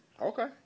Okay